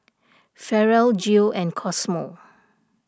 Farrell Geo and Cosmo